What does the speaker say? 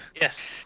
Yes